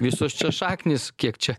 visos čia šaknys kiek čia